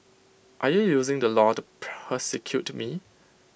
are you using the law to persecute me